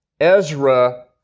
Ezra